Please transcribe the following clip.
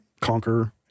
conquer